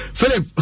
Philip